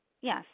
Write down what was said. yes